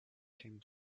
came